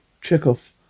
Chekhov